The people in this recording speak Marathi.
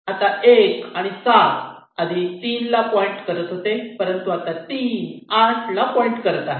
आता 1 आणि 7 आधी 3 ला पॉईंट करत होते परंतु आता 3 8 ला पॉईंट करत आहे